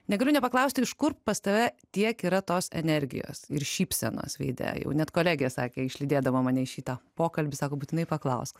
negaliu nepaklausti iš kur pas tave tiek yra tos energijos ir šypsenos veide jau net kolegė sakė išlydėdama mane į šitą pokalbį sako būtinai paklausk